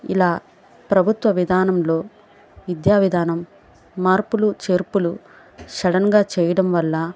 ఇలా ప్రభుత్వ విధానంలో విద్యా విధానం మార్పులు చేర్పులు సడన్గా చేయడం వల్ల